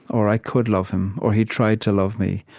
or i could love him, or he tried to love me.